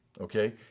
Okay